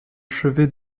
achevé